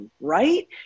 right